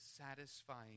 satisfying